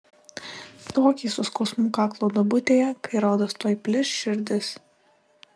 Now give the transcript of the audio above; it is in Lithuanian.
tokį su skausmu kaklo duobutėje kai rodos tuoj plyš širdis